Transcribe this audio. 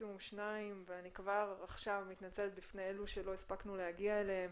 מקסימום שניים ואני כבר עכשיו מתנצלת בפני אלה שלא הספקנו להגיע אליהם.